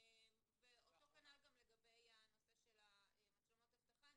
אותו כנ"ל גם לגבי הנושא של מצלמות האבטחה.